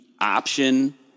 option